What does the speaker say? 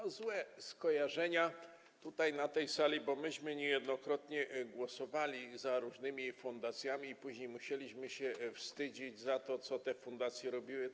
Są złe skojarzenia tutaj, na tej sali, bo myśmy niejednokrotnie głosowali za różnymi fundacjami i później musieliśmy się wstydzić za to, co te fundacje robiły i robią.